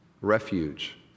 refuge